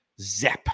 Zep